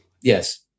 Yes